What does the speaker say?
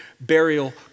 burial